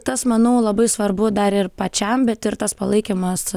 tas manau labai svarbu dar ir pačiam bet ir tas palaikymas